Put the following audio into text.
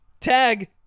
tag